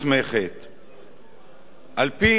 על-פי נוהלי הרבנות הראשית כפי